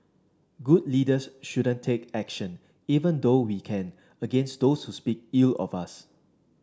good leaders shouldn't take action even though we can against those who speak ill of us